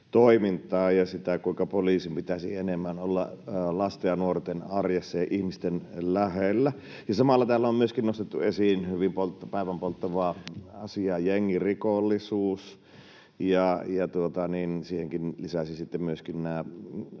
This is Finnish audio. ja sitä, kuinka poliisin pitäisi enemmän olla lasten ja nuorten arjessa ja ihmisten lähellä. Samalla täällä on myöskin nostettu esiin hyvin päivänpolttava asia, jengirikollisuus, ja siihen lisäisin myöskin